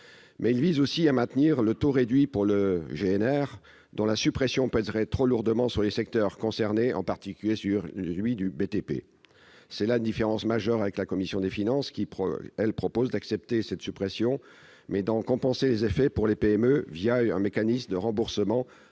Mais il vise aussi à maintenir le taux réduit pour le gazole non routier, le GNR, dont la suppression pèserait trop lourdement sur les secteurs concernés, en particulier sur celui du BTP. C'est là une différence majeure avec la commission des finances qui, elle, propose d'accepter cette suppression, mais d'en compenser les effets pour les PME un mécanisme de remboursement